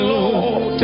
Lord